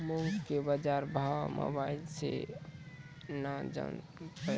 मूंग के बाजार भाव मोबाइल से के ना जान ब?